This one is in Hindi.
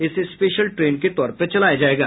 इसे स्पेशल ट्रेन के तौर पर चलाया जायेगा